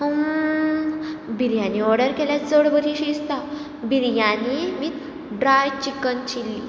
biryani order केल्यार चड बरीशीं दिसता biryani with dry chicken chilli